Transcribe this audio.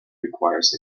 requires